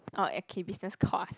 orh okay business course